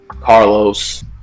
Carlos